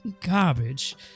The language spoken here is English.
garbage